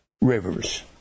rivers